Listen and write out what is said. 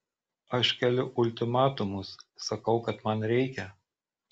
aš keliu ultimatumus sakau kad man reikia